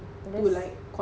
does